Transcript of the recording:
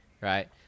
right